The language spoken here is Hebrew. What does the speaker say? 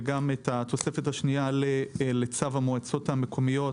וגם את התוספת השנייה לצו המועצות המקומיות,